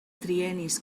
triennis